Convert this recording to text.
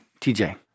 TJ